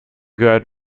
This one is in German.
gehört